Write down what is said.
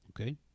Okay